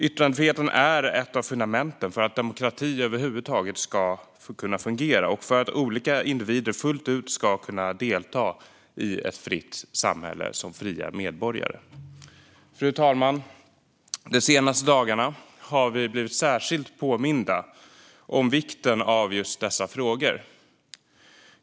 Yttrandefriheten är ett av fundamenten för att demokrati över huvud taget ska kunna fungera och för att olika individer fullt ut ska kunna delta i ett fritt samhälle som fria medborgare. Fru talman! De senaste dagarna har vi blivit alldeles särskilt påminda om vikten av dessa frågor.